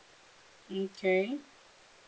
okay